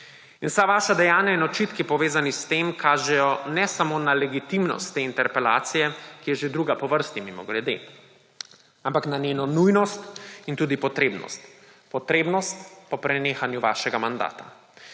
Vsa vaša dejanja in očitki povezani s tem kažejo ne samo na legitimnost te interpelacije, ki je že druga po vrsti mimogrede, ampak na njeno nujnost in tudi potrebnost, potrebnost po prenehanju vašega mandata.